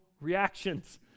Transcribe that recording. reactions